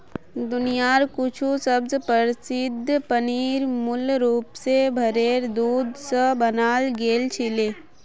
दुनियार कुछु सबस प्रसिद्ध पनीर मूल रूप स भेरेर दूध स बनाल गेल छिले